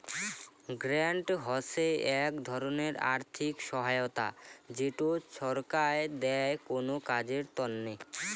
grant হসে এক ধরণের আর্থিক সহায়তা যেটো ছরকার দেয় কোনো কাজের তন্নে